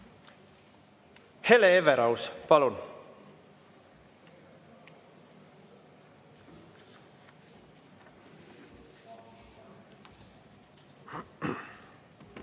Hele Everaus, palun!